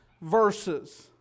verses